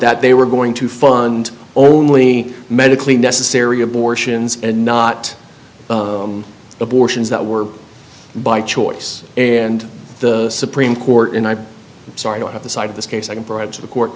that they were going to fund only medically necessary abortions and not abortions that were by choice and the supreme court and i'm sorry to have the side of this case i can provide to the court